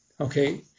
okay